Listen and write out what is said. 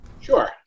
Sure